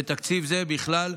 בתקציב זה בכלל,